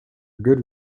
good